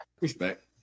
Respect